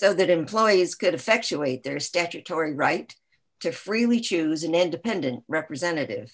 so that employees could effectuate their statutory right to freely choose an independent representative